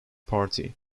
party